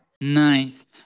Nice